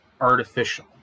artificial